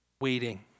waiting